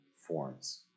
forms